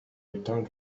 returned